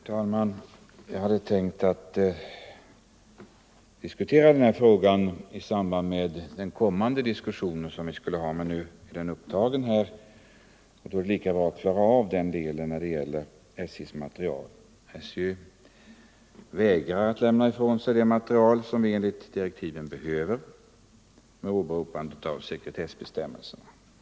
Herr talman! Jag hade tänkt att ta upp frågan om detta SJ:s material i samband med ett interpellationssvar som står upptaget längre ned på föredragningslistan, men eftersom saken berörts i denna debatt, är det lika bra att vi redan nu klarar ut den diskussionen. SJ vägrar att lämna ifrån sig det material som vi behöver för att kunna fullgöra vårt utredningsarbete enligt direktiven. SJ åberopar därvid sekretessbestämmelserna.